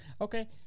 Okay